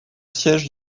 siège